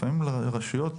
לפעמים הרשויות